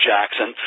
Jackson